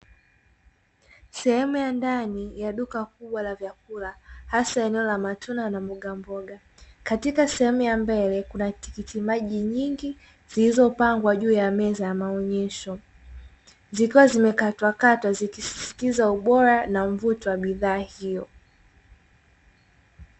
Sehemu ya ndani ya duka kubwa la vyakula, hasa eneo la matunda na mbogamboga katika sehemu ya mbele kuna tikiti maji nyingi zilizopangwa juu ya meza ya maonyesho, zikiwa zimekatwakatwa zikisisitiza ubora, na mvuto wa bidhaa hiyo.